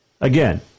again